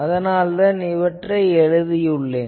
அதனால்தான் இவற்றை எழுதியுள்ளேன்